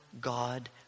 God